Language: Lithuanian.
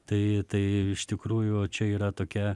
tai tai iš tikrųjų čia yra tokia